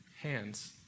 hands